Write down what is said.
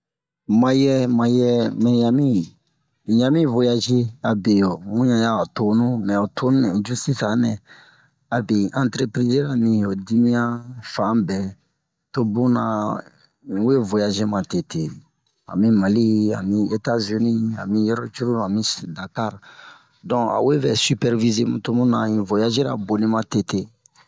ma yɛ ma yɛ mɛ yami in yami voyaze abe mu ɲan ya a ho tonu mɛ ho tonu nɛ un cu sisanɛ abe antreprizi-ra mi ho dimiyan fanbɛ to bunna un we voyaze matete han mi mali han mi eta-zini han yɔrɔ curulu han mi Dakar donk a we vɛ sipɛrvize mu to muna in voyazira boni matete